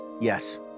yes